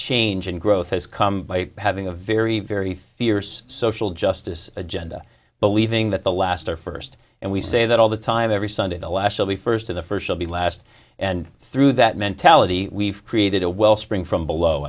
change and growth has come by having a very very fierce social justice agenda believing that the last our first and we say that all the time every sunday the last shall be first of the first shall be last and through that mentality we've created a wellspring from below